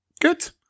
good